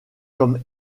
comme